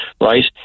right